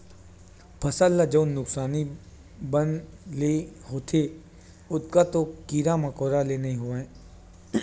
फसल ल जउन नुकसानी बन ले होथे ओतका तो कीरा मकोरा ले नइ होवय